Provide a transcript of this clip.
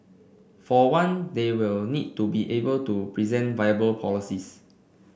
for one they will need to be able to present viable policies